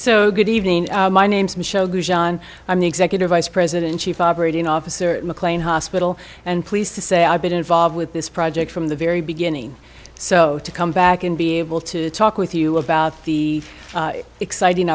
so good evening my name's michele goujon i'm the executive vice president chief operating officer at mclean hospital and pleased to say i've been involved with this project from the very beginning so to come back and be able to talk with you about the exciting